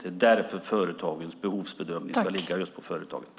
Det är därför företagens behovsbedömning ska ligga just på företaget.